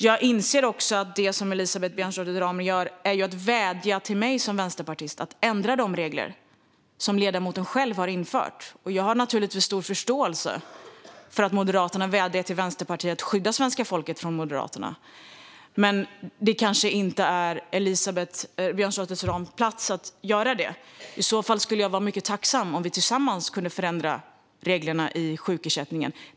Jag inser också att det som Elisabeth Björnsdotter Rahm gör är att vädja till mig som vänsterpartist att ändra de regler som ledamoten själv har varit med och infört. Jag har naturligtvis stor förståelse för att Moderaterna vädjar till Vänsterpartiet att skydda svenska folket från Moderaterna, men det kanske inte är Elisabeth Björnsdotter Rahms uppgift att göra det. Annars skulle jag vara mycket tacksam om vi tillsammans kunde förändra reglerna i sjukersättningen.